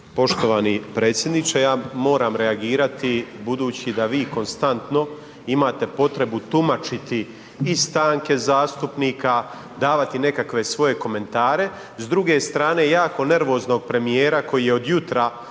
Poštovani predsjedniče, ja moram reagirati budući da vi konstantno imate potrebu tumačiti i stanke zastupnika, davati nekakve svoje komentare, s druge strane, jako nervoznog premijera koji je od jutra